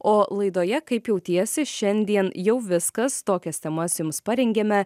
o laidoje kaip jautiesi šiandien jau viskas tokias temas jums parengėme